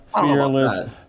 fearless